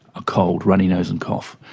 a cold, runny nose and cough,